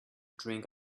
drink